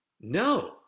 No